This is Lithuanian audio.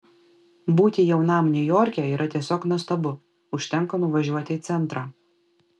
būti jaunam niujorke yra tiesiog nuostabu užtenka nuvažiuoti į centrą